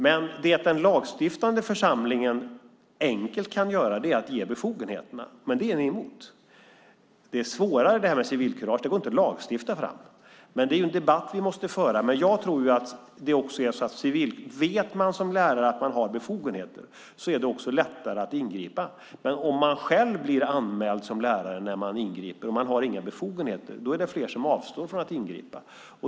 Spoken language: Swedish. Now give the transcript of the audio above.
Men det den lagstiftande församlingen enkelt kan göra är att ge befogenheterna. Det är ni emot. Det är svårare med civilkurage. Det går inte att lagstifta fram. Det är en debatt vi måste föra. Vet man som lärare att man har befogenheter är det lättare att ingripa. Men om man själv blir anmäld som lärare när man ingriper och man inte har några befogenheter är det fler som avstår från att ingripa.